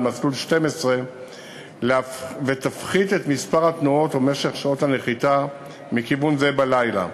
מסלול 12 ויפחית את מספר התנועות ומשך שעות הנחיתה מכיוון זה בלילה.